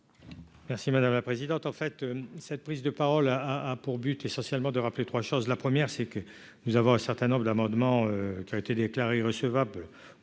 Merci madame la présidente, en fait, cette prise de parole à à pour but essentiellement de rappelés 3 choses : la première c'est que nous avons un certain nombre d'amendements qui ont été déclarés recevables